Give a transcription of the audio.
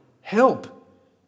help